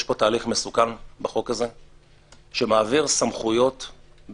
יש פה תהליך מסוכן בחוק הזה שמעביר סמכויות בשרשרת.